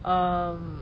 um